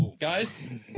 Guys